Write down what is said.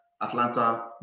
Atlanta